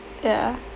yeah